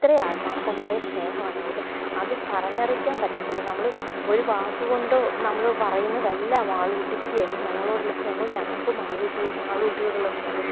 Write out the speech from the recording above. അത്രേം ആത്മാർത്ഥമായ സ്നേഹമാണ് അവൾക്ക് അത് പറഞ്ഞറിയിക്കാൻ പറ്റത്തില്ല നമ്മള് ഒരു വാക്ക് കൊണ്ടോ നമ്മള് പറയുന്നതല്ല മാളൂട്ടിക്ക് ഞങ്ങളോടൊള്ള സ്നേഹവും ഞങ്ങള്ക്കും മാളൂട്ടിയോടുള്ള സ്നേഹം